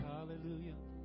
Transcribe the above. Hallelujah